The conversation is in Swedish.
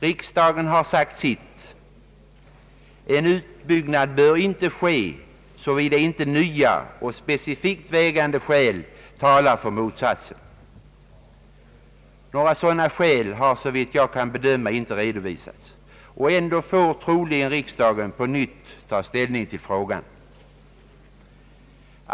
Riksdagen har sagt sitt. En utbyggnad bör inte ske såvida inte nya och specifikt vägande skäl talar för motsatsen. Några sådana skäl har såvitt jag kan bedöma inte redovisats, och ändå får troligen riksdagen på nytt ta ställning till frågan.